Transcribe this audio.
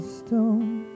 stone